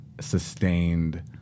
sustained